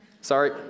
sorry